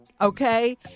Okay